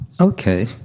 Okay